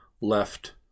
left